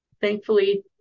Thankfully